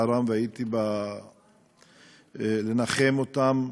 שאני השתתפתי בצערם והלכתי לנחם אותם,